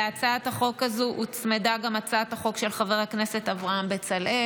להצעת החוק הזאת הוצמדה גם הצעת החוק של חבר הכנסת אברהם בצלאל.